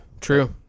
true